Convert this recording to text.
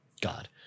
god